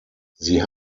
sie